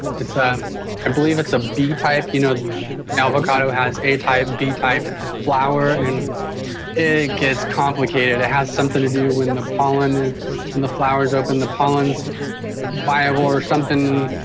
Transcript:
ah i believe it's a b type. you know avocado has a type, b type flower. and it gets complicated! it has something to do when the pollen is when the flowers open the pollen is viable or something.